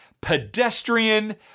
pedestrian